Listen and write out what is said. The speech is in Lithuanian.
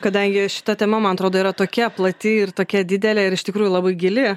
kadangi šita tema man atrodo yra tokia plati ir tokia didelė ir iš tikrųjų labai gili